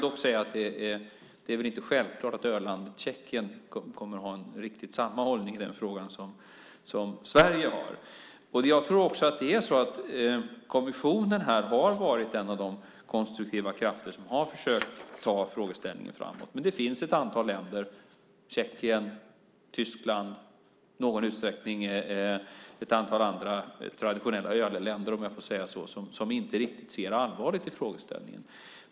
Det är väl inte självklart att öllandet Tjeckien kommer att ha riktigt samma hållning i den frågan som Sverige har. Kommissionen har varit en av de konstruktiva krafter som har försökt att föra frågan framåt. Men det finns ett antal länder, Tjeckien, Tyskland, i någon utsträckning ett antal andra traditionella ölländer, om jag får säga så, som inte riktigt ser allvaret i frågan.